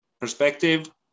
Perspective